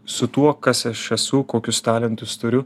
su tuo kas aš esu kokius talentus turiu